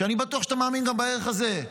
ואני בטוח שאתה מאמין גם בערך הזה.